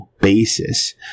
basis